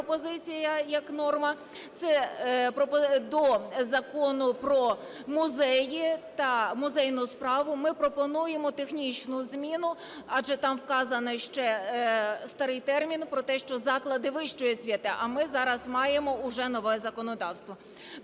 пропозиція, як норма, це до Закону "Про музеї та музейну справу". Ми пропонуємо технічну зміну, адже там вказаний ще старий термін про те, що заклади вищої освіти, а ми зараз маємо вже нове законодавство.